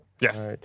Yes